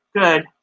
Good